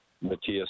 Matias